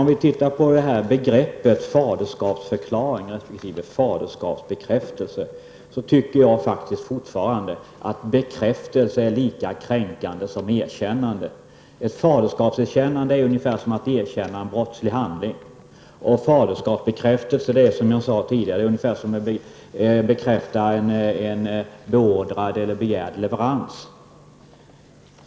Om vi tittar på begreppet faderskapsförklaring/faderskapsbekräftelse tycker jag faktiskt att ordet bekräftelse är lika kränkande som erkännande. Faderskapserkännande är ungefär som att erkänna en brottslig handling. Faderskapsbekräftelse är, som jag tidigare sagt, ungefär som att bekräfta en order eller en begärd leverans.